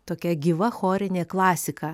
tokia gyva chorinė klasika